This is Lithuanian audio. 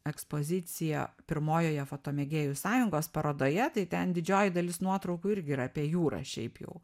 ekspoziciją pirmojoje fotomėgėjų sąjungos parodoje tai ten didžioji dalis nuotraukų irgi yra apie jūrą šiaip jau